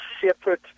separate